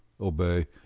obey